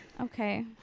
Okay